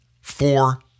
four